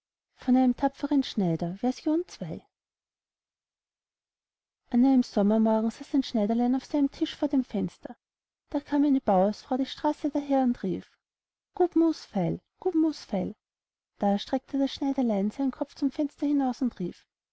lebtag ein könig ii an einem sommermorgen saß ein schneiderlein auf seinem tisch vor dem fenster da kam eine bauersfrau der straße daher und rief gut mus feil gut mus feil da streckte das schneiderlein seinen kopf zum fenster hinaus und rief